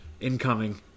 Incoming